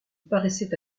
paraissaient